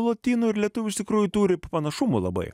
lotynų ir lietuvių iš tikrųjų turi panašumų labai